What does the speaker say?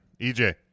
EJ